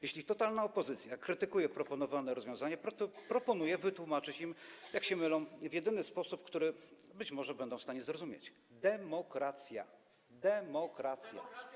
Jeśli totalna opozycja krytykuje proponowane rozwiązanie, proponuję wytłumaczyć im, jak się mylą, w jedyny sposób, który być może będą w stanie zrozumieć - to demokracja, demokracja.